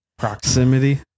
Proximity